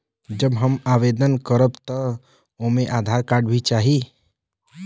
जब हम आवेदन करब त ओमे आधार कार्ड भी चाही?